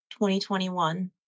2021